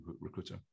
recruiter